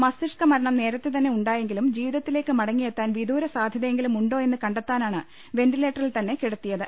മസ്തിഷ്ക മരണം നേരത്ത് ്തന്നെ ഉണ്ടായെങ്കിലും ജീവിതത്തിലേക്ക് മടങ്ങി യെത്താൻ വിദൂരസാധ്യതയെങ്കിലും ഉണ്ടോ എന്ന് കണ്ടെത്താനാണ് വെന്റിലേറ്ററിൽ തന്നെ കിടത്തിയത്